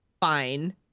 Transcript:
fine